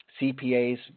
CPAs